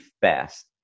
fast